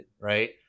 right